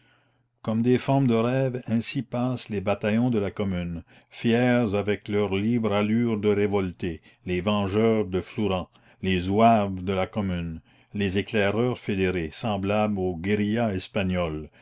comme des formes de rêve ainsi passent les bataillons de la commune fiers avec leur libre allure de révoltés les vengeurs de flourens les zouaves de la commune les éclaireurs fédérés semblables aux guérillas espagnols